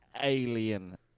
alien